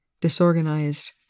disorganized